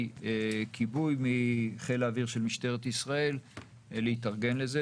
כיבוי מחיל האוויר של משטרת ישראל להתארגן לזה.